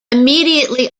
immediately